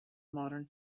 modern